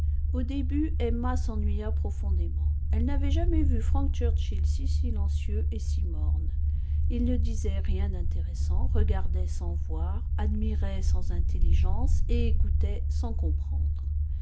au début emma s'ennuya profondément elle n'avait jamais vu frank churchill si silencieux et si morne il ne disait rien d'intéressant regardait sans voir admirait sans intelligence et écoutait sans comprendre